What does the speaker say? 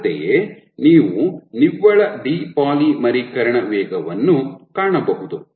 ಅಂತೆಯೇ ನೀವು ನಿವ್ವಳ ಡಿಪಾಲಿಮರೀಕರಣ ವೇಗವನ್ನು ಕಾಣಬಹುದು